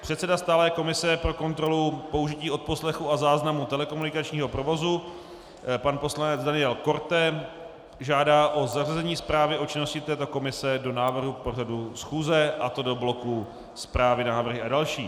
Předseda stálé komise pro kontrolu použití odposlechu a záznamu telekomunikačního provozu, pan poslanec Daniel Korte, žádá o zařazení zprávy o činnosti této komise do návrhu pořadu schůze, a to do bloku zprávy, návrhy a další.